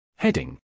Heading